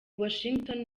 washington